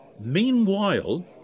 Meanwhile